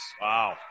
Wow